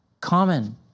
common